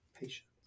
patience